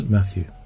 Matthew